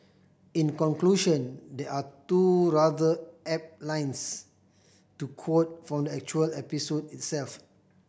in conclusion there are two rather apt lines to quote from the actual episode itself